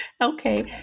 Okay